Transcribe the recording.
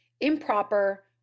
improper